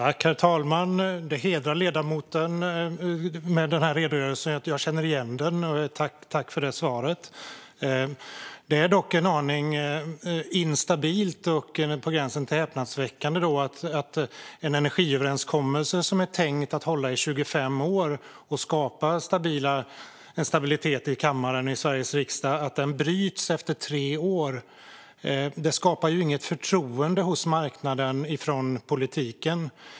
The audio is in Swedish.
Herr talman! Den här redogörelsen hedrar ledamoten. Jag känner igen den. Tack för det svaret! Det är dock en aning instabilt och på gränsen till häpnadsväckande att en energiöverenskommelse som är tänkt att hålla i 25 år och skapa en stabilitet i kammaren i Sveriges riksdag bryts efter tre år. Det skapar inget förtroende hos marknaden för politiken.